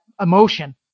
emotion